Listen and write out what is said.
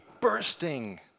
bursting